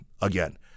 again